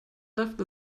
left